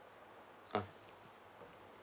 uh